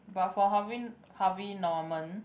but for Harvey Harvey Norman